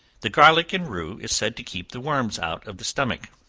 the garlic and rue is said to keep the worms out of the stomach.